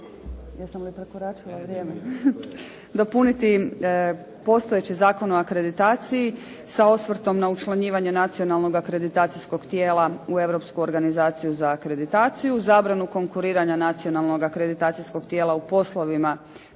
željeli napraviti jest dopuniti postojeći Zakon o akreditaciji sa osvrtom na učlanjivanje nacionalnog akreditacijskog tijela u Europsku organizaciju za akreditaciju, zabranu konkuriranja nacionalnog akreditacijskog tijela u poslovima